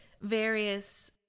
various